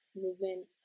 Movement